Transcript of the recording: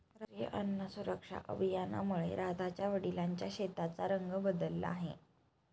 राष्ट्रीय अन्न सुरक्षा अभियानामुळे राधाच्या वडिलांच्या शेताचा रंग बदलला आहे